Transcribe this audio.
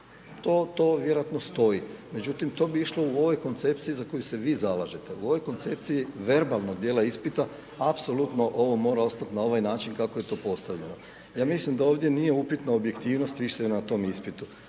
to vjerojatno stoji, međutim to bi išlo u ovoj koncepciji za koju se vi zalažete, u ovoj koncepciji verbalnog dijela ispita apsolutno ovo mora ostat na ovaj način kako je to postavljeno. Ja mislim da ovdje nije upitna objektivnost više na tom ispitu,